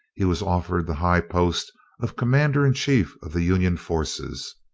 he was offered the high post of commander-in-chief of the union forces.